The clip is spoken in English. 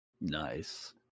Nice